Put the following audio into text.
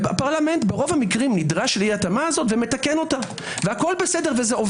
הפרלמנט ברוב המקרים נדרש לאי התאמה הזו ומתקן אותה וזה עובד.